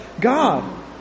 God